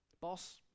boss